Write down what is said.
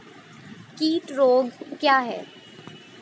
कीट रोग क्या है?